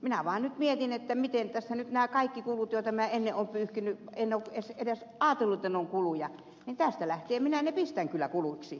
minä vaan nyt mietin että nyt kaikki nämä kulut joita minä en ennen ole edes ajattelut kuluiksi pistän tästä lähtien kyllä kuluiksi kun kerta on mahdollisuus